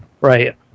Right